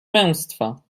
męstwa